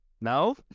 No